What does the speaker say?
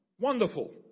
Wonderful